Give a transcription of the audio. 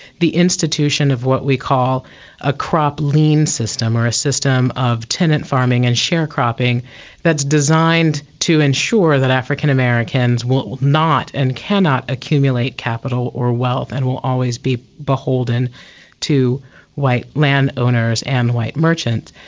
the institution of what we call a crop lean system or a system of tenant farming and sharecropping that is designed to ensure that african americans will will not and cannot accumulate capital or wealth and will always be beholden to white land owners and white merchants.